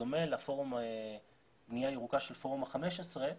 בדומה לפורום בניה ירוקה של פורום ה-15,